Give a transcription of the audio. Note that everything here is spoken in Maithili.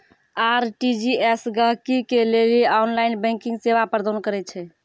आर.टी.जी.एस गहकि के लेली ऑनलाइन बैंकिंग सेवा प्रदान करै छै